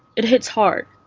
it hits hard,